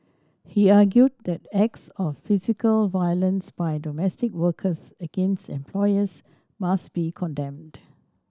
he argued that acts of physical violence by domestic workers against employers must be condemned